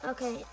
Okay